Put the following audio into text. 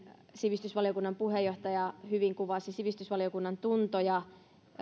sivistysvaliokunnan puheenjohtaja hyvin kuvasi sivistysvaliokunnan tuntoja